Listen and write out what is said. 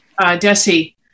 Desi